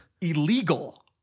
illegal